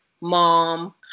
mom